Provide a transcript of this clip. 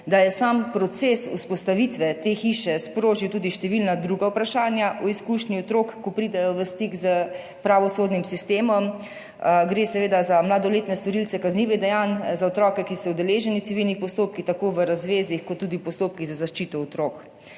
da je sam proces vzpostavitve te hiše sprožil tudi številna druga vprašanja o izkušnji otrok, ko pridejo v stik s pravosodnim sistemom. Gre seveda za mladoletne storilce kaznivih dejanj, za otroke, ki so udeleženi v civilnih postopkih, tako v razvezah kot tudi v postopkih za zaščito otrok.